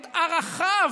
את ערכיו,